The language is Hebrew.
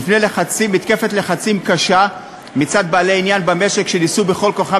בפני מתקפת לחצים קשה מצד בעלי עניין במשק שניסו בכל כוחם